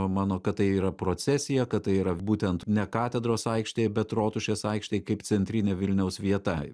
mano kad tai yra procesija kad tai yra būtent ne katedros aikštėj bet rotušės aikštėj kaip centrinė vilniaus vieta